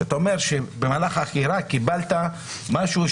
שאתה אומר שבמהלך החקירה קיבלת משהו,